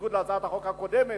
בניגוד להצעת החוק הקודמת,